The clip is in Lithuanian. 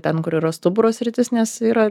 ten kur yra stuburo sritis nes yra